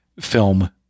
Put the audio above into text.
film